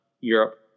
europe